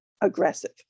aggressive